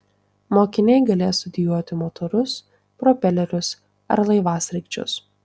mokiniai galės studijuoti motorus propelerius ar laivasraigčius